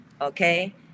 okay